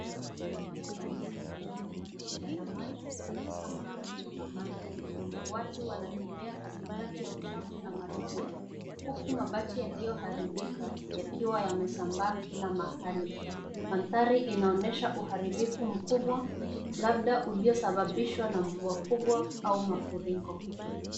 Eneo lililojaa matope na maji katika makazi ya mabanda. Watu wanatembea katikati ya uchafu na matope, huku mabati yaliyoharibika yakiwa yamesambaa kila mahali. Mandhari unaonyesha uharibifu mkubwa, labda uliosababishwa na mvua mkubwa au mafuriko.